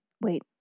wait